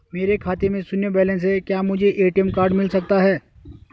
मेरे खाते में शून्य बैलेंस है क्या मुझे ए.टी.एम कार्ड मिल सकता है?